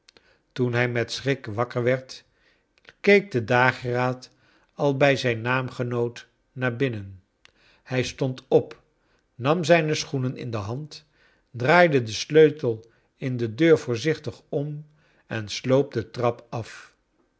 toen hij met schrik wakker werd keek de dageraad al brj zijn naamgenoot naar binnen hij stond op nam zijne schoenen in de hand draaide den sleutel in de deur voorzichtig om en sloop de trap af